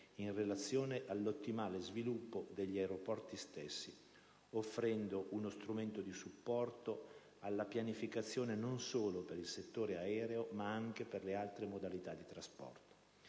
in relazione all'ottimale sviluppo degli aeroporti stessi, con l'offerta di uno strumento di supporto alla pianificazione, non solo per il settore aereo, ma anche per le altre modalità di trasporto.